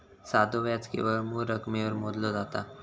साधो व्याज केवळ मूळ रकमेवर मोजला जाता